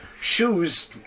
Shoes